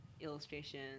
illustration